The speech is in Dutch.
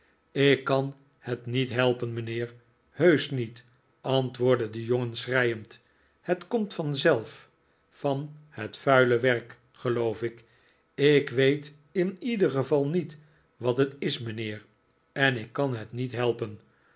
ik kan het niet helpen mijnheer heusch niet antwoordde de jongen schreiend het komt vanzelf van het vuile werk geloof ik ik weet in ieder geval niet wat het is mijnheer en ik kari het niet helpen